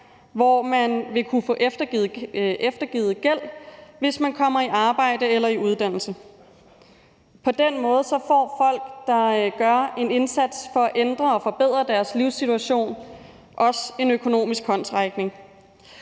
hvor man vil kunne få eftergivet gæld, hvis man kommer i arbejde eller i uddannelse. På den måde får folk, der gør en indsats for at ændre og forbedre deres livssituation, også en økonomisk håndsrækning.